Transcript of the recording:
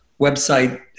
website